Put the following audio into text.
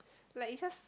like it just